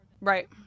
Right